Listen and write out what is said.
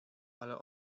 ale